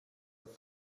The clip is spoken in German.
auf